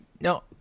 No